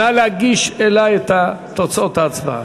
נא להגיש אלי את תוצאות ההצבעה.